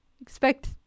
Expect